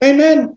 Amen